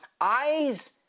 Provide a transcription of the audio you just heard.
eyes